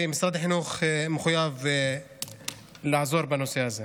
ומשרד החינוך מחויב לעזור בנושא הזה.